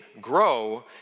Grow